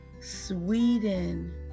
Sweden